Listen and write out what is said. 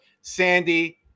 Sandy